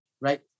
right